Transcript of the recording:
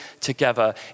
together